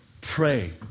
Pray